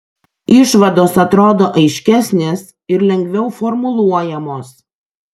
išvados atrodo aiškesnės ir lengviau formuluojamos